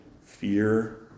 fear